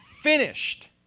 finished